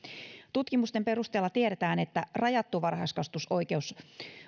tutkimusten perusteella tiedetään että rajattu varhaiskasvatusoikeus